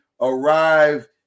arrive